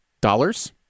dollars